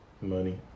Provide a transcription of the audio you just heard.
Money